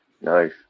nice